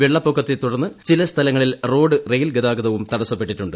വെള്ളപ്പൊക്ക ത്തെ തുടർന്ന് ചില സ്ഥലങ്ങളിൽ റോഡ് റെയിൽ ഗതാഗതവും തടസ്സപ്പെട്ടിട്ടുണ്ട്